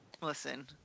Listen